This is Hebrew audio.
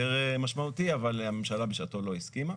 משמעותי אבל הממשלה בשעתו לא הסכימה.